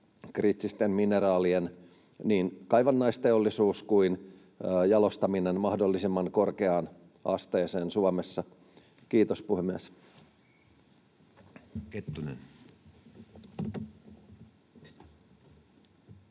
kriittisten mineraalien niin kaivannaisteollisuus kuin jalostaminen mahdollisimman korkean asteeseen Suomessa. — Kiitos, puhemies.